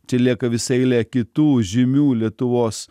čia lieka visa eilė kitų žymių lietuvos